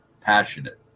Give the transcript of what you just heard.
passionate